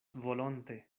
volonte